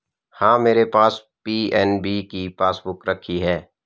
हाँ, मेरे पास पी.एन.बी की पासबुक रखी है